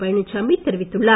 பழனிசாமி தெரிவித்துள்ளார்